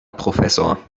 professor